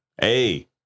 Hey